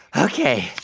ok,